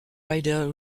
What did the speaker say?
rider